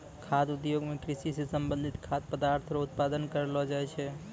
खाद्य उद्योग मे कृषि से संबंधित खाद्य पदार्थ रो उत्पादन करलो जाय छै